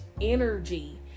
energy